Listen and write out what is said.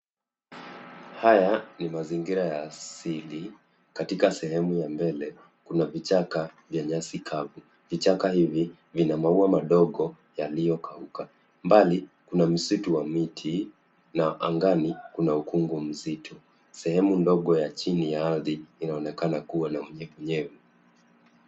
Haya ni mazingira ya asili katika sehemu ya mbele kuna vichaka vyenye nyasi kavu, vichaka hivi vina maua madogo yaliyokauka, mbali kuna msitu wa miti na angani kuna mawingu mazito, sehemu ndogo ya chini ya ardhi inaonekana kua na unyevunyevu.